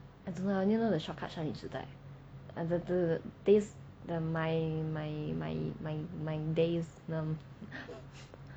I don't know I only know short cut 少女时代 the the the days my my my my my days